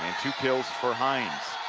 two kills for heinze